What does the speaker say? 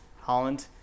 Holland